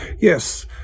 Yes